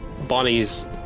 Bonnie's